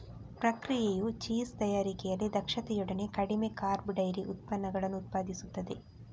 ಪ್ರಕ್ರಿಯೆಯು ಚೀಸ್ ತಯಾರಿಕೆಯಲ್ಲಿ ದಕ್ಷತೆಯೊಡನೆ ಕಡಿಮೆ ಕಾರ್ಬ್ ಡೈರಿ ಉತ್ಪನ್ನಗಳನ್ನು ಉತ್ಪಾದಿಸುತ್ತದೆ